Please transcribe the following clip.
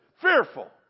Fearful